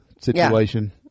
situation